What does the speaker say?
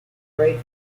afraid